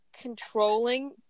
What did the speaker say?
controlling